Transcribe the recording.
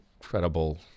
incredible